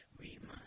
remind